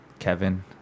Kevin